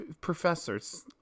professors